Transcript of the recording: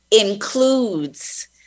includes